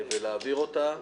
ולהעביר אותה.